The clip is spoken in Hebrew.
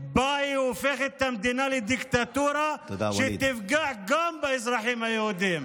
שבה היא הופכת את המדינה לדיקטטורה שתפגע גם באזרחים היהודים.